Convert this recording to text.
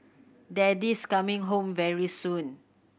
daddy's coming home very soon